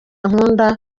nkunda